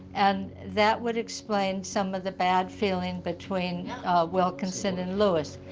and that would explain some of the bad feeling between wilkinson and lewis.